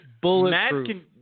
bulletproof